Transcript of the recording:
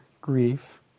grief